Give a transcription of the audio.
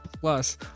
plus